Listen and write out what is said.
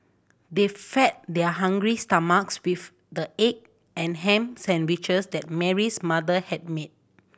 they fed their hungry stomachs with the egg and ham sandwiches that Mary's mother had made